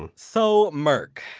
and so, merk,